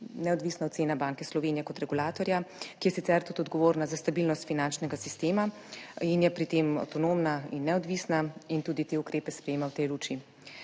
neodvisna ocena Banke Slovenije kot regulatorja, ki je sicer tudi odgovorna za stabilnost finančnega sistema in je pri tem avtonomna in neodvisna in tudi te ukrepe sprejema. V tej luči